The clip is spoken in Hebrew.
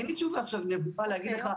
אין לי תשובה עכשיו להגיד לך,